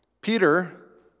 Peter